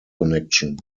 connection